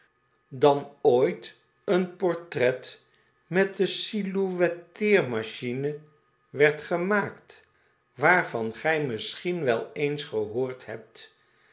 dan ooit een portret met de silhouetteermachine werd gemaakt waarvan gij misschien wel eens gehoord hebt